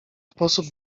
sposób